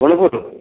Gunupur